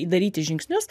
daryti žingsnius